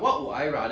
I think